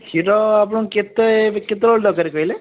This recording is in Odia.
କ୍ଷୀର ଆପଣଙ୍କ କେତେ କେତେବେଳେ ଦରକାର କହିଲେ